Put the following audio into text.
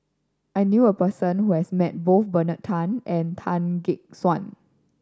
I knew a person who has met both Bernard Tan and Tan Gek Suan